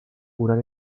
curar